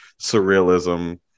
surrealism